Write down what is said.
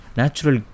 natural